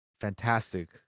Fantastic